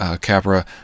capra